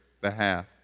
behalf